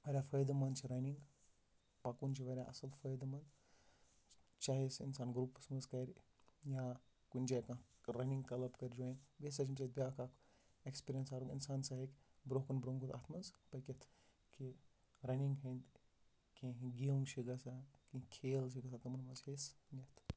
واریاہ فٲیدٕ منٛد چھِ رَنِنگ پَکُن چھُ واریاہ اَصٕل فٲیدٕ منٛد چاہے سُہ اِنسان گروپَس منٛز کَرِ یا کُنہِ جایہِ یاکانٛہہ رَنِنگ کٔلب کَرِ جویِن بیٚیہِ ہسا چھُ اَمہِ سۭتۍ اکھ بیاکھ اکھ اٮ۪کٔسپِرینس آو اِنسان سُہ ہیٚکہِ برونہہ کُن برۄنہہ کُن اَتھ منٛز پٔکِتھ کہِ رَنِنگ ہِندۍ کیٚنٛہہ گیمہٕ چھِ گژھان کیٚنٛہہ کھیل چھِ گژھان تِمن منٛز چھِ أسۍ یَتھ